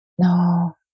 No